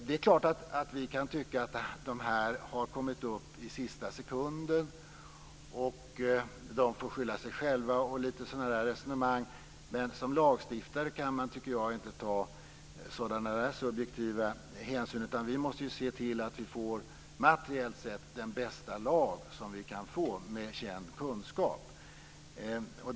Det är klart att vi kan tycka att det har kommit upp i sista sekunden, att de får skylla sig själva, och att vi har lite sådana resonemang. Men som lagstiftare kan man inte ta sådana subjektiva hänsyn. Vi måste se till att vi får materiellt sett den bästa lag som vi kan få med känd kunskap.